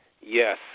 Yes